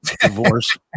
divorce